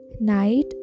Night